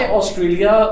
Australia